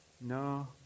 No